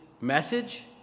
message